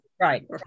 right